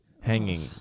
hanging